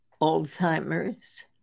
Alzheimer's